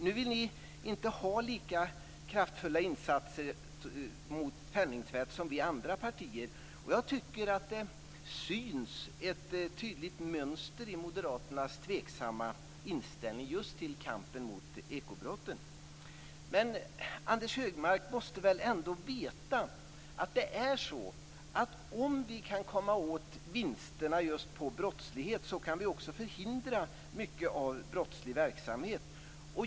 Nu vill ni inte ha lika kraftfulla insatser mot penningtvätt som vi andra partier. Det syns, tycker jag, ett tydligt mönster i Moderaternas tveksamma inställning just till kampen mot ekobrotten. Anders Högmark måste väl ändå veta att vi, om vi kan komma åt vinsterna på just brottslighet, kan förhindra mycket av brottslig verksamhet.